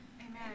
Amen